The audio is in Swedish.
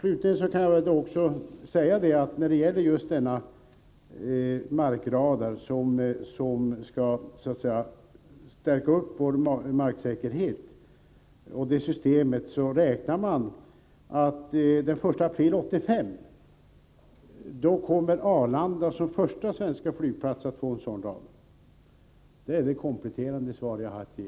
Slutligen kan jag när det gäller markradarsystemet, som skall stärka vår marksäkerhet, säga att man räknar med att Arlanda som första svenska flygplats den 1 april 1985 kommer att få en sådan radar. Det är det kompletterande svar jag har att ge.